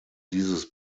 dieses